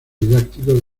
didáctico